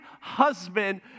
husband